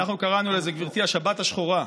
אנחנו קראנו לזה, גברתי, השבת השחורה.